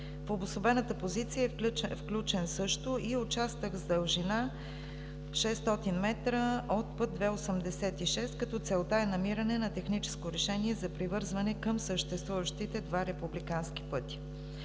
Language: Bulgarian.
По обособената позиция също е включен и участък с дължина 600 м от път II-86, като целта е намиране на техническо решение за привързване към съществуващите два републикански пътя.